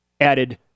added